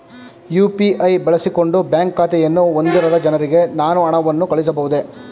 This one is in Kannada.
ಯು.ಪಿ.ಐ ಬಳಸಿಕೊಂಡು ಬ್ಯಾಂಕ್ ಖಾತೆಯನ್ನು ಹೊಂದಿರದ ಜನರಿಗೆ ನಾನು ಹಣವನ್ನು ಕಳುಹಿಸಬಹುದೇ?